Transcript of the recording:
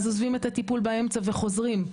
אז עוזבים את הטיפול באמצע וחוזרים,